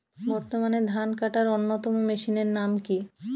বর্তমানে ধান কাটার অন্যতম মেশিনের নাম কি?